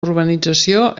urbanització